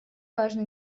важно